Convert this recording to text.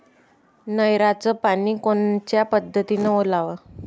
नयराचं पानी कोनच्या पद्धतीनं ओलाव?